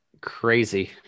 crazy